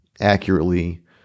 accurately